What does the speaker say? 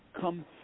come